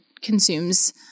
consumes